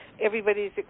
everybody's